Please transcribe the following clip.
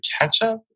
ketchup